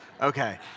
Okay